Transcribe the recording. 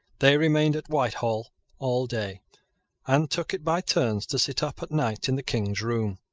they remained at whitehall all day and took it by turns to sit up at night in the king's room.